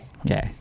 Okay